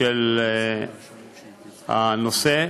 של הנושא,